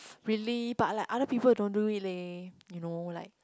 really but like other people don't do it leh you know like